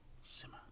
simmer